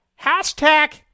Hashtag